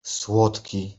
słodki